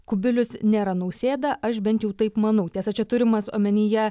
kubilius nėra nausėda aš bent jau taip manau tiesa čia turimas omenyje